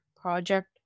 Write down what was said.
project